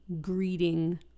greeting